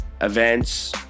events